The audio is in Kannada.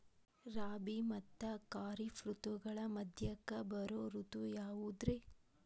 ರಾಬಿ ಮತ್ತ ಖಾರಿಫ್ ಋತುಗಳ ಮಧ್ಯಕ್ಕ ಬರೋ ಋತು ಯಾವುದ್ರೇ?